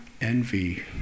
envy